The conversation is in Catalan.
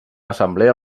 assemblea